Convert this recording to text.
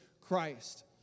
Christ